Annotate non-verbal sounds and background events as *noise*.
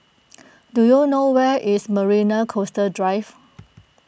*noise* do you know where is Marina Coastal Drive